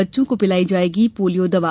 बच्चों को पिलायी जाएगी पोलियो दवा